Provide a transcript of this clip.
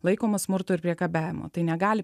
laikomas smurtu ir priekabiavimu tai negali